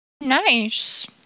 Nice